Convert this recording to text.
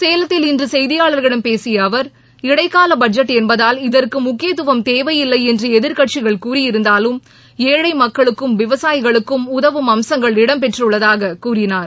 சேலத்தில் இன்று செய்தியாளர்களிடம் பேசிய அவர் இடைக்கால பட்ஜெட் என்பதால் இதற்கு முக்கியத்துவம் தேவையில்லை என்று எதிர்க்கட்சிகள் கூறியிருந்தாலும் ஏழை மக்களுக்கும் விவசாயிகளுக்கும் உதவும் அம்சங்கள் இடம்பெற்றுள்ளதாகக் கூறினார்